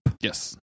yes